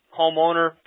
homeowner